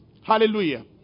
Hallelujah